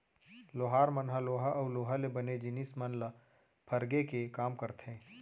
लोहार मन ह लोहा अउ लोहा ले बने जिनिस मन ल फरगे के काम करथे